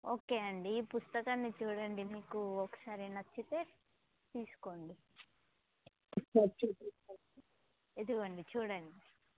okay అండి ఈ పుస్తకాన్ని చూడండి మీకు ఒకసారి నచ్చితే తీసుకోండి ఇదిగోండి చూడండి